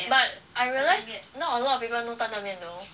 but I realise not a lot people know 担担面 though